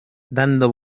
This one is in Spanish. dando